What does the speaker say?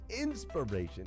inspiration